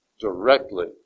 directly